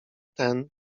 ten